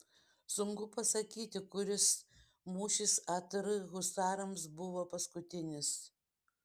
sunku pasakyti kuris mūšis atr husarams buvo paskutinis